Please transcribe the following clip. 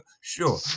sure